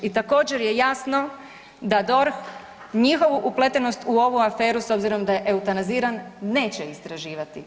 I također je jasno da DORH njihovu upletenost u ovu aferu s obzirom da je eutanaziran neće istraživati.